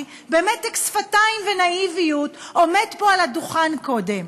במתק שפתיים ונאיביות עומד פה על הדוכן קודם?